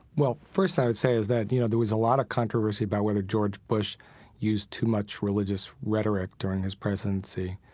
well, first i would say is that you know there was a lot of controversy about whether george bush used too much religious rhetoric during his presidency.